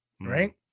right